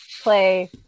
play